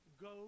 go